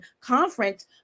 conference